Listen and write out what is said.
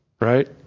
right